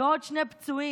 ועוד שני פצועים,